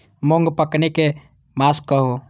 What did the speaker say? मूँग पकनी के मास कहू?